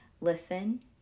Listen